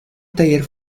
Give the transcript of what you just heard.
taller